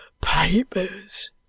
Papers